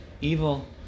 evil